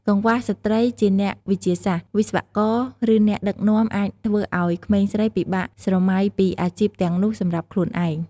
កង្វះស្ត្រីជាអ្នកវិទ្យាសាស្ត្រ វិស្វករ ឬអ្នកដឹកនាំអាចធ្វើឱ្យក្មេងស្រីពិបាកស្រមៃពីអាជីពទាំងនោះសម្រាប់ខ្លួនឯង។